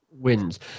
wins